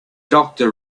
doctor